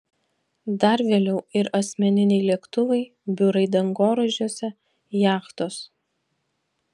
dar vėliau ir asmeniniai lėktuvai biurai dangoraižiuose jachtos